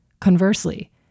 Conversely